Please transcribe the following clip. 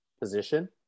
position